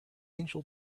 angel